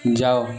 ଯାଅ